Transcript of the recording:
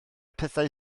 pethau